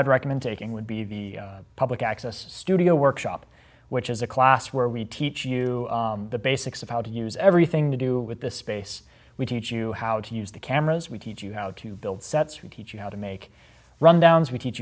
i'd recommend taking would be the public access studio workshop which is a class where we teach you the basics of how to use everything to do with the space we teach you how to use the cameras we teach you how to build sets we teach you how to make rundowns we teach